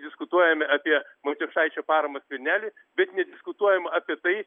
diskutuojame apie matijošaičio paramą skverneliui bet nediskutuojam apie tai